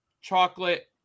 chocolate